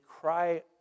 cry